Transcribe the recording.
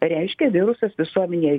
reiškia virusas visuomenėje